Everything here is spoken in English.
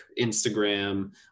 Instagram